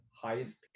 highest